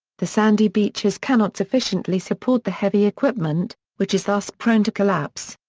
the sandy beaches cannot sufficiently support the heavy equipment, which is thus prone to collapse.